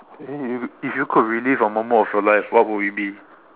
eh if if you could relive a moment of your life what would it be